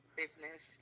business